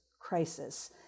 crisis